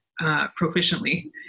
proficiently